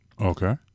Okay